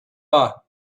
are